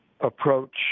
approach